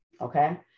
okay